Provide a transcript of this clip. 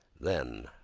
then,